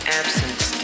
absence